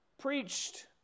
preached